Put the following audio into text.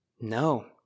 No